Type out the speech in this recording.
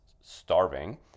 starving